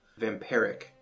vampiric